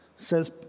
says